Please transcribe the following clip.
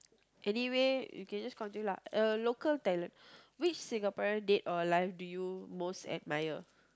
anyway you can just continue lah uh local talent which Singaporean dead or alive do you most admire